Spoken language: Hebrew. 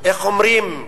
איך אומרים,